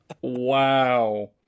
Wow